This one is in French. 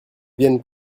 viennent